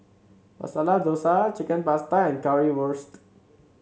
Masala Dosa Chicken Pasta and Currywurst